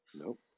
Nope